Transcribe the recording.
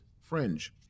fringe